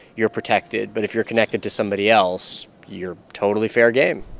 you're protected. but if you're connected to somebody else, you're totally fair game